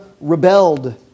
rebelled